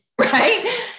Right